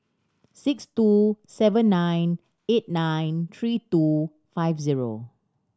six two seven nine eight nine three two five zero